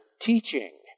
teaching